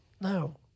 No